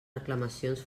reclamacions